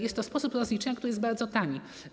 Jest to sposób rozliczenia, który jest bardzo tani.